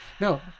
No